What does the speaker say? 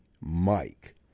Mike